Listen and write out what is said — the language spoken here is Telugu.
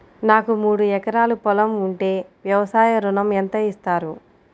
నాకు మూడు ఎకరాలు పొలం ఉంటే వ్యవసాయ ఋణం ఎంత ఇస్తారు?